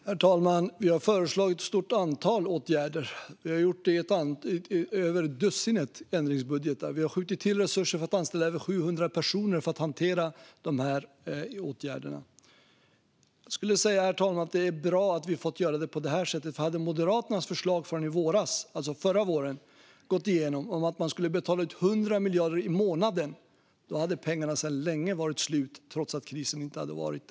Herr talman! Vi har föreslagit ett stort antal åtgärder. Vi har gjort det i över dussinet ändringsbudgetar. Vi har skjutit till resurser för att anställa över 700 personer som ska hantera dessa åtgärder. Det är bra att vi har kunnat göra det på detta sätt, herr talman, för om Moderaternas förslag från förra våren om utbetalningar på 100 miljarder i månaden gått igenom hade pengarna sedan länge varit slut trots att krisen inte är det.